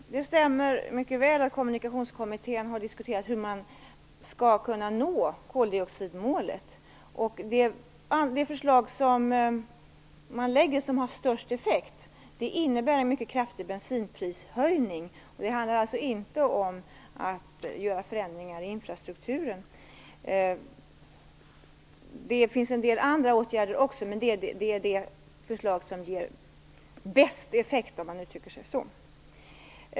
Herr talman! Det stämmer mycket väl att Kommunikationskommittén har diskuterat hur man skall kunna nå koldioxidmålet. Det förslag som man lägger fram som har störst effekt innebär en mycket kraftig bensinprishöjning. Det handlar alltså inte om att göra förändringar i infrastrukturen. Det finns en del andra förslag på åtgärder också, men detta förslag ger bäst effekt, om man uttrycker sig så.